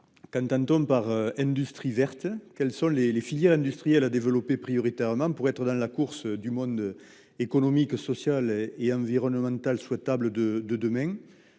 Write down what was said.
Qu'entend-on par industrie verte ? Quelles sont les filières industrielles à développer prioritairement pour être dans la course du monde économique, social et environnemental souhaitable de demain ?